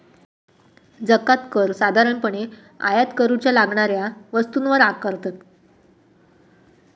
जकांत कर साधारणपणे आयात करूच्या लागणाऱ्या वस्तूंवर आकारतत